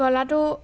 গলাটো